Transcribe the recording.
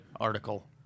article